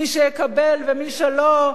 מי שיקבל ומי שלא,